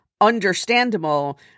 understandable